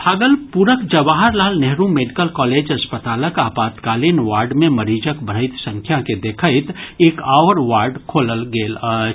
भागलपुरक Jawaharlal Nehru medical college अस्पतालक आपातकालीन वार्ड मे मरीजक बढ़ैत संख्या के देखैत एक आओर वार्ड खोलल गेल अछि